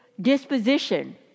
disposition